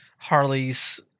Harley's